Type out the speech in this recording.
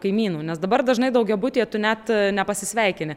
kaimynų nes dabar dažnai daugiabutyje tu net nepasisveikini